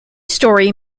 story